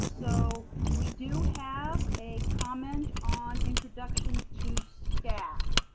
so we do have a comment on introduction to staff.